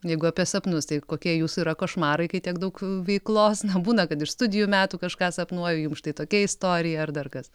jeigu apie sapnus tai kokie jūsų yra košmarai kai tiek daug veiklos na būna kad iš studijų metų kažką sapnuoju jums štai tokia istorija ar dar kas